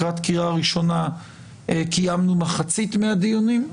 לקראת קריאה ראשונה קיימנו מחצית מהדיונים.